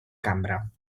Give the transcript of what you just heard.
cambra